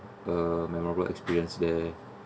a memorable experience there